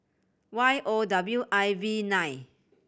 Y O W I V nine